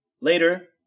Later